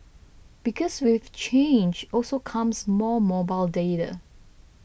because with change also comes more mobile data